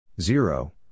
zero